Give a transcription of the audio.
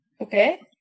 okay